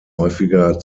häufiger